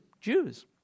Jews